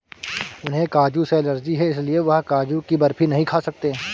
उन्हें काजू से एलर्जी है इसलिए वह काजू की बर्फी नहीं खा सकते